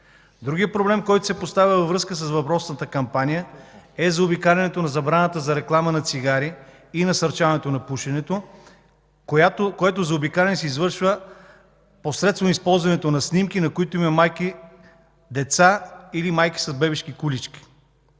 Другият проблем, който се поставя във връзка с въпросната кампания, е заобикалянето на забраната за реклама на цигари и насърчаването на пушенето, което заобикаляне се извършва посредством използването на снимки, на които има майки, деца или майки с бебешки колички.